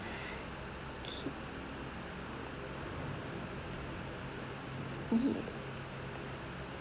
okay we